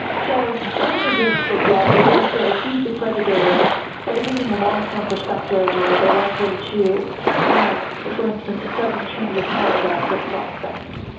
so part of the risk of debt is also who is the creditor and are they taking a long-term perspective or are they likely to have, ah for instance, a sudden change of heart about your prospects.